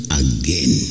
again